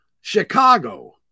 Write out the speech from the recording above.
Chicago